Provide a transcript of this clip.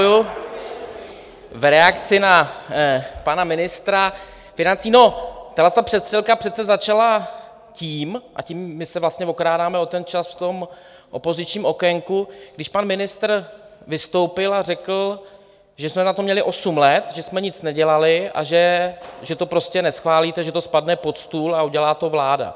V reakci na pana ministra financí, no, tahle přestřelka přece začala tím a tím my se vlastně okrádáme o ten čas v opozičním okénku když pan ministr vystoupil a řekl, že jsme na to měli osm let, že jsme nic nedělali a že to prostě neschválíte, že to spadne pod stůl a udělá to vláda.